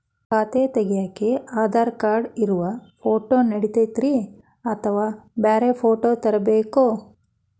ಖಾತೆ ತಗ್ಯಾಕ್ ಆಧಾರ್ ಕಾರ್ಡ್ ಇರೋ ಫೋಟೋ ನಡಿತೈತ್ರಿ ಅಥವಾ ಬ್ಯಾರೆ ಫೋಟೋ ತರಬೇಕೋ?